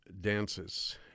Dances